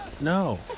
No